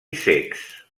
cecs